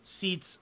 seats